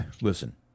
listen